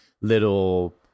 little